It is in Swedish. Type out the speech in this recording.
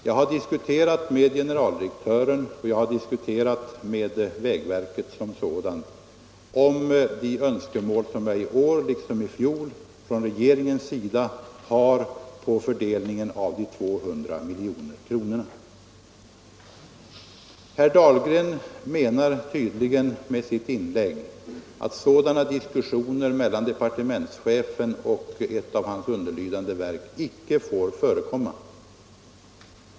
Jag har diskuterat med generaldirektören och med vägverket som sådant om de önskemål som regeringen i år liksom i fjol har beträffande Herr Dahlgren menar tydligen med sitt inlägg att sådana diskussioner mellan departementschefen och ett av hans underlydande verk inte får förekomma.